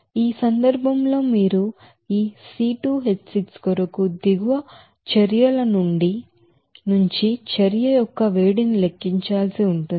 ఈ సందర్భంలో మీరు ఈ C 2 H 6 కొరకు దిగువ చర్యల నుంచి చర్య యొక్క వేడిని లెక్కించాల్సి ఉంటుంది